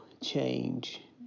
change